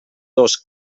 dos